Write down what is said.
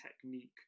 technique